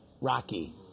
Rocky